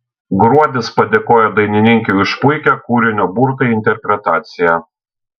gruodis padėkojo dainininkei už puikią kūrinio burtai interpretaciją